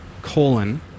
colon